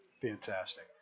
Fantastic